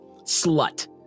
Slut